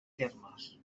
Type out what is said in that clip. termes